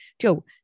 Joe